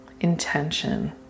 intention